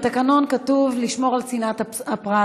בתקנון כתוב לשמור על צנעת הפרט,